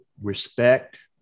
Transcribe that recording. respect